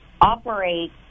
operate